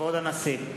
כבוד הנשיא!